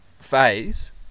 phase